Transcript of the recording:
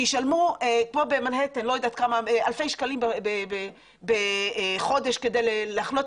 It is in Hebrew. שישלמו כמו במנהטן כמה אלפי שקלים בחודש כדי להחנות